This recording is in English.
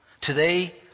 Today